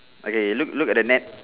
okay look look at the net